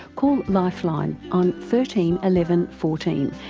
call lifeline on thirteen eleven fourteen,